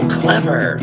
clever